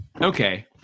Okay